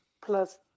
plus